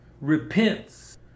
repents